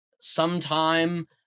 sometime